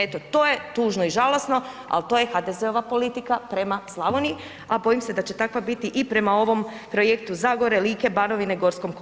Eto to je tužno i žalosno, ali to je HDZ-ova politika prema Slavoniji, a bojim se da će takva biti i prema ovom projektu Zagore, Like, Banovine, Gorskom kotaru.